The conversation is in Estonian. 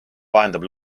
vahendab